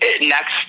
next